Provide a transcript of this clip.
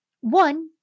one